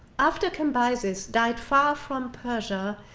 after cambyses died far from persia,